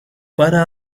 para